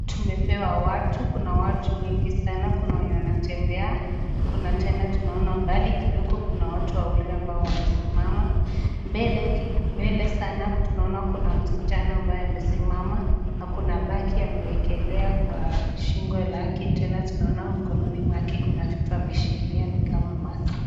Tumepewa watu, Kuna watu wengi sana, Kuna wenye wanatembe, Kuna tena tunaona mbali kidogo Kuna watu wawili ambao wamesimama. Mbele sana tunaona Kuna msichana ambaye amesimama na Kuna bagi amewekelea kwa shingo lake. Tena tunaona mkononi mwake Kuna vitu ameshikilia ni kama mazi.